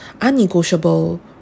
unnegotiable